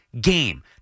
game